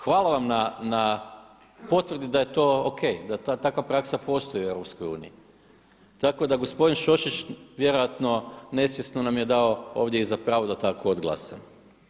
Hvala vam na potvrdi da je to o.k., da takva praksa postoji u EU, tako da gospodin Šošić vjerojatno nesvjesno nam je dao ovdje i za pravo da tako odglasamo.